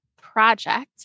Project